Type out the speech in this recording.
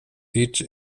each